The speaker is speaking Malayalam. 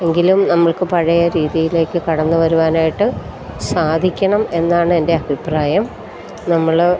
എങ്കിലും നമ്മൾക്ക് പഴയ രീതിയിലേക്ക് കടന്നുവരുവാനായിട്ട് സാധിക്കണം എന്നാണ് എൻ്റെ അഭിപ്രായം നമ്മൾ